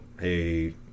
hey